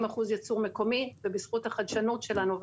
אחוזים ייצור מקומי כאשר זכות החדשנות שלנו,